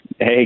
Hey